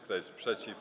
Kto jest przeciw?